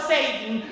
Satan